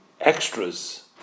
extras